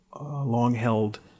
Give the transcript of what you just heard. long-held